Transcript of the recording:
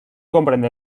comprende